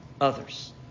others